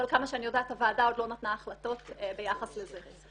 אבל כמה שאני יודעת הוועדה עוד לא נתנה החלטות ביחס לזה.